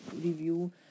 review